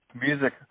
music